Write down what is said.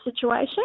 situation